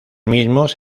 mismos